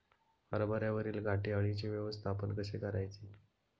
हरभऱ्यावरील घाटे अळीचे व्यवस्थापन कसे करायचे?